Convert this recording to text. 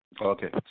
Okay